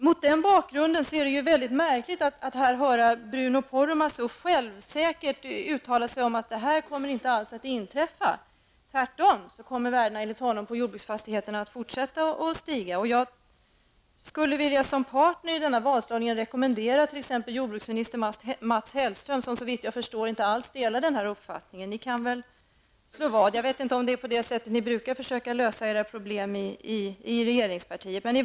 Mot den bakgrunden är det märkligt att höra Bruno Poromaa så självsäkert uttala sig om att det inte kommer att inträffa. Tvärtom, värdena på jordbruksfastigheterna kommer enligt honom att fortsätta att stiga. Som partner i denna vadslagning skulle jag vilja rekommendera jordbruksminister Mats Hellström, som såvitt jag vet inte delar denna uppfattning, att delta. Jag vet inte om det är på det sättet ni brukar lösa era problem i regeringspartiet.